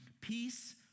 Peace